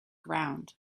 ground